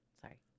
Sorry